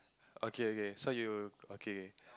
okay okay so you okay okay